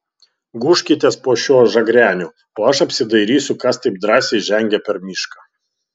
gūžkitės po šiuo žagreniu o aš apsidairysiu kas taip drąsiai žengia per mišką